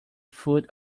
food